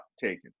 taken